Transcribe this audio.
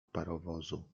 parowozu